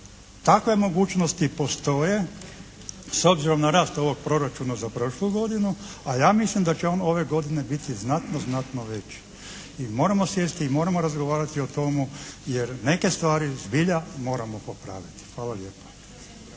takve mogućnosti postoje s obzirom na rast ovog proračuna za prošlu godinu, a ja mislim da će on ove godine biti znatno, znatno veći. Mi moramo sjesti i moramo razgovarati o tomu jer neke stvari zbilja moramo popraviti. Hvala lijepo.